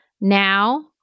Now